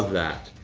that.